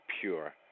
pure